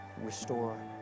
restore